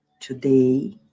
Today